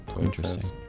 Interesting